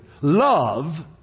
Love